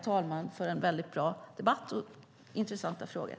Jag tackar för en väldigt bra debatt och intressanta frågor.